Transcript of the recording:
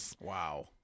Wow